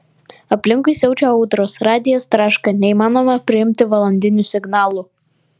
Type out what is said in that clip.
aplinkui siaučia audros radijas traška neįmanoma priimti valandinių signalų